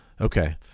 Okay